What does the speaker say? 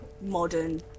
modern